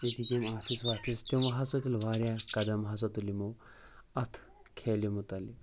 ییٚتِکۍ یِم آفِس وافِس تِمو ہسا تُلہِ واریاہ قدم ہسا تُل یِمو اتھ کھیلہِ مُتعلِق